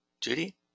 Judy